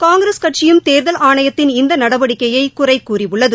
காங்கிரஸ் கட்சியும் தேர்தல் ஆணையத்தின் இந்த நடவடிக்கையை குறைகூறியுள்ளது